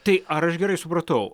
tai ar aš gerai supratau